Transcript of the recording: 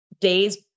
days